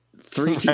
Three